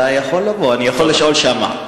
ואתה יכול לבוא ואני יכול לשאול שם.